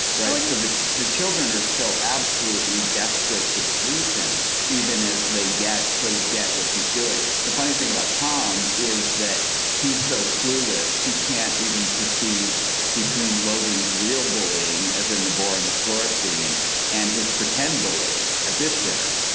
right which of the two children are still absolutely desperate to please him even if they get sort of get what he's doing. the funny thing about tom is that he's so clueless he can't even perceive between logan's real bullying as in the board and the florida scene and his pretend bullying at this dinner.